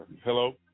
Hello